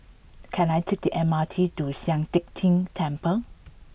can I take the M R T to Sian Teck Tng Temple